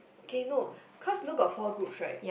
okay no cause you know got four groups right